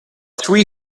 three